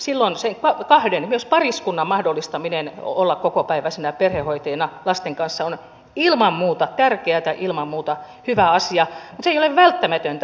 silloin se kahden myös pariskunnan mahdollistaminen olla kokopäiväisinä perhehoitajina lasten kanssa on ilman muuta tärkeätä ilman muuta hyvä asia mutta se ei ole välttämätöntä